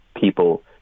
people